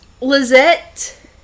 Lizette